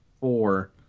four